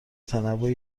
تنوعی